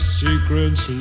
secrets